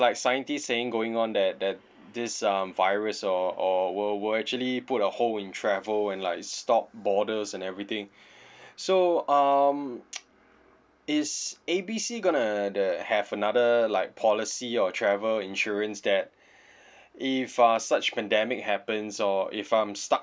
like scientist saying going on that that this um virus or or will will actually put a hold in travel and like stop borders and everything so um is A B C gonna the have another like policy or travel insurance that if uh such pandemic happens or if I'm stuck